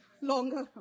longer